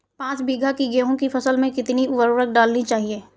पाँच बीघा की गेहूँ की फसल में कितनी उर्वरक डालनी चाहिए?